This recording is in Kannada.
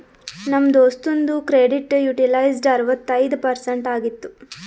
ನಮ್ ದೋಸ್ತುಂದು ಕ್ರೆಡಿಟ್ ಯುಟಿಲೈಜ್ಡ್ ಅರವತ್ತೈಯ್ದ ಪರ್ಸೆಂಟ್ ಆಗಿತ್ತು